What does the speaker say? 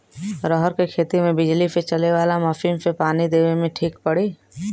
रहर के खेती मे बिजली से चले वाला मसीन से पानी देवे मे ठीक पड़ी?